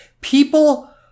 People